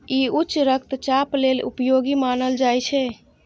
ई उच्च रक्तचाप लेल उपयोगी मानल जाइ छै